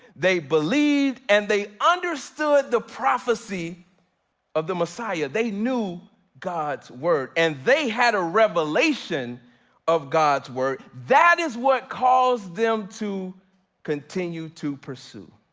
they believed and they understood the prophecy of the messiah. they knew god's word. and they had a revelation of god's word. that is what caused them to continue to pursue.